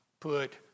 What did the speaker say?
put